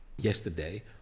Yesterday